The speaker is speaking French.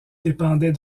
dépendait